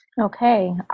Okay